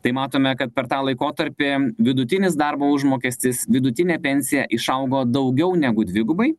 tai matome kad per tą laikotarpį vidutinis darbo užmokestis vidutinė pensija išaugo daugiau negu dvigubai